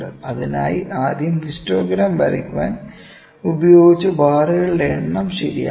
അതിനായി ആദ്യം ഹിസ്റ്റോഗ്രാം വരയ്ക്കാൻ ഉപയോഗിച്ച ബാറുകളുടെ എണ്ണം ശരിയാക്കണം